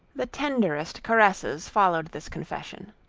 the tenderest caresses followed this confession.